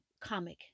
comic